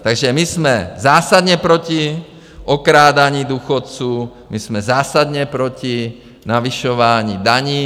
Takže my jsme zásadně proti okrádání důchodců, my jsme zásadně proti navyšování daní.